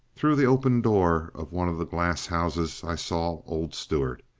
through the open door of one of the glass houses i saw old stuart.